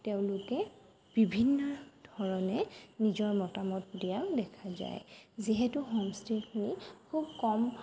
তেওঁলোকে বিভিন্ন ধৰণে নিজৰ মতামত দিয়াও দেখা যায় যিহেতু হোমষ্টেখিনি খুব কম